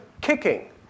kicking